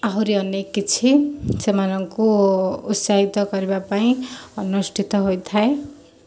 ଆହୁରି ଅନେକ କିଛି ସେମାନଙ୍କୁ ଉତ୍ସାହିତ କରିବା ପାଇଁ ଅନୁଷ୍ଠିତ ହୋଇଥାଏ